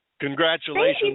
Congratulations